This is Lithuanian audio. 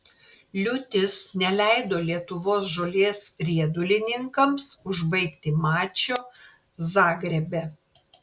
liūtis neleido lietuvos žolės riedulininkams užbaigti mačo zagrebe